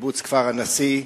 לקיבוץ כפר-הנשיא,